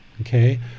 okay